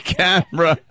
camera